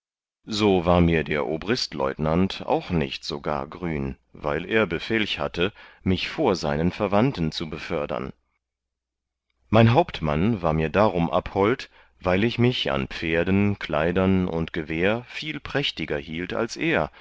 so war mir der obristleutenant auch nicht so gar grün weil er befelch hatte mich vor seinen verwandten zu befördern mein hauptmann war mir darum abhold weil ich mich an pferden kleidern und gewehr viel prächtiger hielt als er